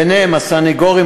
וביניהם הסנגורים,